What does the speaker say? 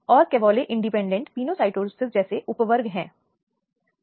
POCSO आधार के सामान्य आपराधिक कानून के लिए बड़े के लिए बच्चों के हित को देखने के लिए कार्य करता है